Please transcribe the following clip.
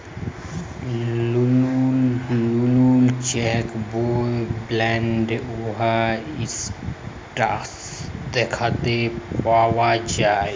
লতুল চ্যাক বই বালালে উয়ার ইসট্যাটাস দ্যাখতে পাউয়া যায়